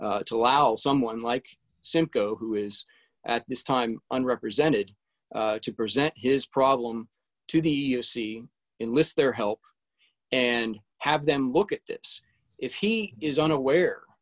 to allow someone like simcoe who is at this time unrepresented to present his problem to the s c enlist their help and have them look at this if he is unaware